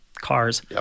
cars